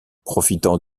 profitant